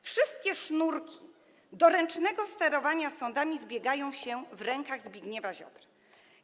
Wszystkie sznurki do ręcznego sterowania sądami zbiegają się w rękach Zbigniewa Ziobry.